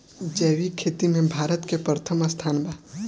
जैविक खेती में भारत के प्रथम स्थान बा